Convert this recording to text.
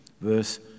Verse